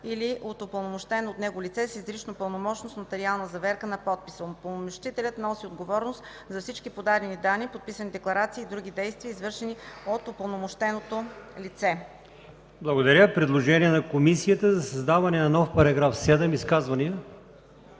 или от упълномощено от него лице с изрично пълномощно с нотариална заверка на подписа. Упълномощителят носи отговорност за всички подадени данни, подписани декларации и други действия, извършени от упълномощеното лице.” ПРЕДСЕДАТЕЛ АЛИОСМАН ИМАМОВ: Благодаря. Има предложение от комисията за създаване на нов § 7. Изказвания?